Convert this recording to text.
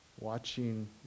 watching